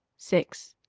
six